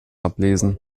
ablesen